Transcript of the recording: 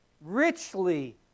Richly